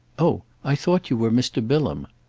oh i thought you were mr. bilham!